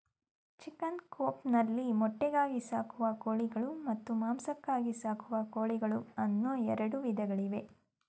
chicken coop ನಲ್ಲಿ ಮೊಟ್ಟೆಗಾಗಿ ಸಾಕುವ ಕೋಳಿಗಳು ಮತ್ತು ಮಾಂಸಕ್ಕಾಗಿ ಸಾಕುವ ಕೋಳಿಗಳು ಅನ್ನೂ ಎರಡು ವಿಧಗಳಿವೆ